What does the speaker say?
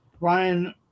Ryan